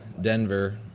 Denver